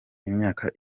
imyaka